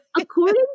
According